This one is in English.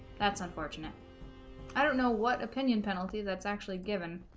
that's unfortunate i don't know what opinion penalty that's actually given